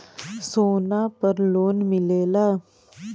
सोना पर लोन मिलेला?